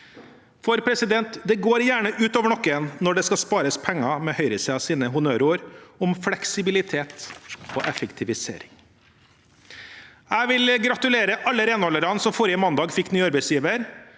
for renholderne. Det går gjerne ut over noen når det skal spares penger med høyresidens honnørord om fleksibilitet og effektivisering. Jeg vil gratulere alle renholderne som forrige mandag fikk ny arbeidsgiver.